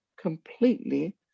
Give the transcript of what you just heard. completely